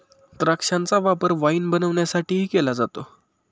द्राक्षांचा वापर वाईन बनवण्यासाठीही केला जातो